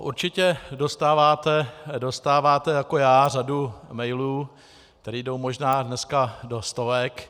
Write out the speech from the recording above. Určitě dostáváte jako já řadu mailů, které jdou možná dneska do stovek.